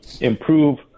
improve